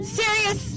serious